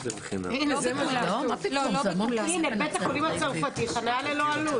הינה, בית החולים הצרפתי חניה ללא עלות.